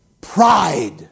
pride